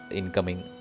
incoming